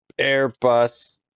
Airbus